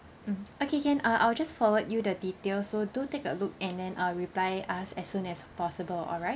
mm okay can uh I'll just forward you the details so do take a look and then uh reply us as soon as possible alright